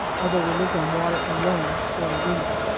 although we lived on water alone for a week.